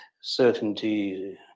certainty